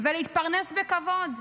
ולהתפרנס בכבוד,